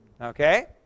Okay